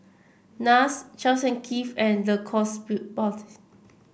NARS Charles Keith and Sportif